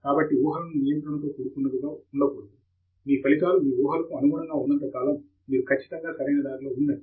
కాబట్టి ఊహాలు నియంత్రణతో కూడుకున్నవిగా ఉండకూడదు మీ ఫలితాలు మీ ఊహలకు అనుగుణముగా ఉన్నంత కాలం మీరు ఖచ్చితంగా సరైన దారిలో ఉన్నట్టే